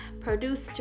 Produced